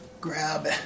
grab